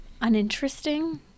uninteresting